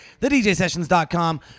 thedjsessions.com